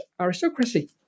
aristocracy